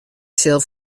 sil